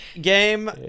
game